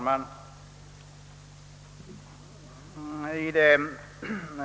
Herr talman!